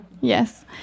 Yes